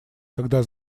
когда